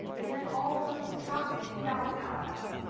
and then all subsequent traffic, inbound and outbound,